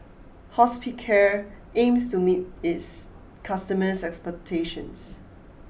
Hospicare aims to meet its customers' expectations